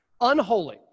unholy